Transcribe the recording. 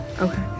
Okay